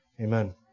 Amen